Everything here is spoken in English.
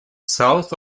south